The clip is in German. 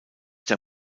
der